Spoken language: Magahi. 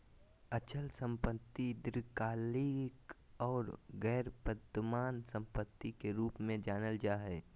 अचल संपत्ति दीर्घकालिक आर गैर वर्तमान सम्पत्ति के रूप मे जानल जा हय